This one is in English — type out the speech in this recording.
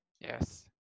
Yes